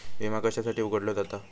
विमा कशासाठी उघडलो जाता?